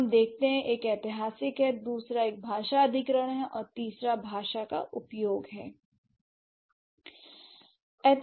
अब हम देखते हैं एक ऐतिहासिक है दूसरा एक भाषा अधिग्रहण है और तीसरा भाषा का उपयोग है